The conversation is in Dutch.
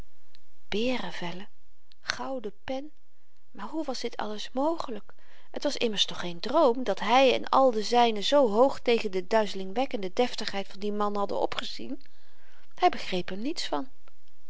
beerevellen gouden pen maar hoe was dit alles mogelyk het was immers toch geen droom dat hy en al de zynen zoo hoog tegen de duizelingwekkende deftigheid van dien man hadden opgezien hy begreep er niets van